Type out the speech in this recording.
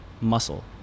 muscle